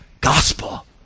Gospel